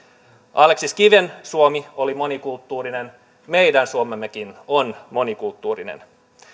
aleksis kiven suomi oli monikulttuurinen meidän suomemmekin on monikulttuurinen